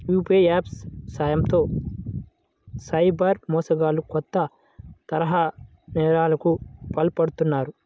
UPI apps సాయంతో cyber మోసగాళ్లు కొత్త తరహా నేరాలకు పాల్పడుతున్నారు